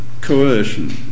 coercion